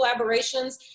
collaborations